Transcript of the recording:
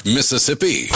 Mississippi